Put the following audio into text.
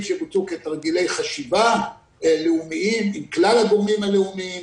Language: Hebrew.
שבוצעו כתרגילי חשיבה לאומיים עם כלל הגורמים הלאומיים.